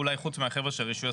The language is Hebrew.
חוץ אולי מהחבר'ה של רישוי עסקים.